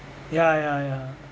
ya ya ya